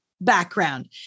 background